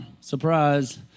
surprise